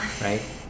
Right